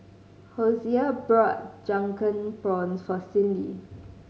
Hosea bought Drunken Prawns for Cindi